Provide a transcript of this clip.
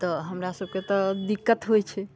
तऽ हमरा सभके तऽ दिक्कत होइ छै